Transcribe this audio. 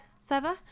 server